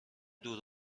دور